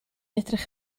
edrych